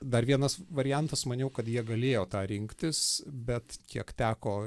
dar vienas variantas maniau kad jie galėjo tą rinktis bet kiek teko